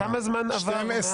כמה זמן עבר מאז?